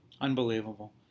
Unbelievable